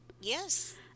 Yes